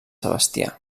sebastià